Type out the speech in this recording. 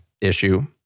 issue